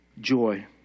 joy